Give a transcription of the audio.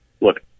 Look